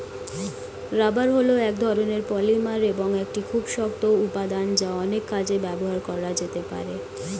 rubber হল এক ধরণের পলিমার এবং একটি খুব শক্ত উপাদান যা অনেক কাজে ব্যবহার করা যেতে পারে